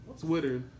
Twitter